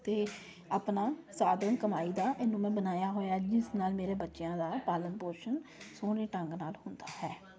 ਅਤੇ ਆਪਣਾ ਸਾਧਨ ਕਮਾਈ ਦਾ ਇਹਨੂੰ ਮੈਂ ਬਣਾਇਆ ਹੋਇਆ ਜਿਸ ਨਾਲ ਮੇਰੇ ਬੱਚਿਆਂ ਦਾ ਪਾਲਣ ਪੋਸ਼ਣ ਸੋਹਣੇ ਢੰਗ ਨਾਲ ਹੁੰਦਾ ਹੈ